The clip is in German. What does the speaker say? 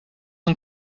und